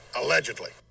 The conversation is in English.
Allegedly